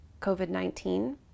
COVID-19